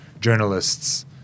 journalists